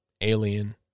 alien